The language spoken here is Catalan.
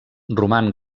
roman